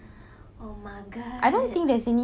oh my god